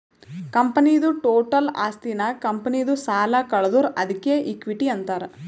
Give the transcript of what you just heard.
ಕಂಪನಿದು ಟೋಟಲ್ ಆಸ್ತಿನಾಗ್ ಕಂಪನಿದು ಸಾಲ ಕಳದುರ್ ಅದ್ಕೆ ಇಕ್ವಿಟಿ ಅಂತಾರ್